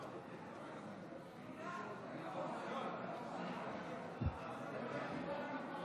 עשר דקות,